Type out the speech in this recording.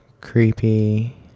Creepy